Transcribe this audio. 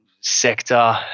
sector